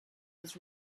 was